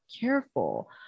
careful